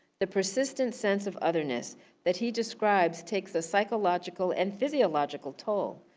the persistent sense of otherness that he describes takes a psychological and physiological toll.